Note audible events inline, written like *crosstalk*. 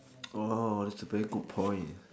*noise* orh that's a very good point